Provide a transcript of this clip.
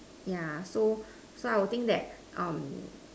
yeah so so I would think that um